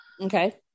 Okay